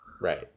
Right